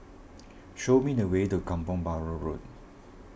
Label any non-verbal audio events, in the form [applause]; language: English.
[noise] show me the way to Kampong Bahru Road